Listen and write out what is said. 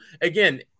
again